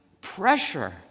pressure